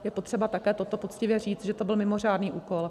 Je potřeba také toto poctivě říci, že to byl mimořádný úkol.